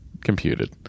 computed